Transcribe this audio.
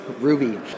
Ruby